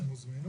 הם הוזמנו.